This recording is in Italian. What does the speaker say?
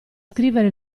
scrivere